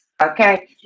Okay